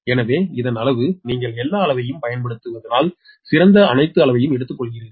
எனவே இது அளவு நீங்கள் எல்லா அளவையும் பயன்படுத்துவதால் சிறந்த அனைத்து அளவையும் எடுத்துக்கொள்கிறீர்கள்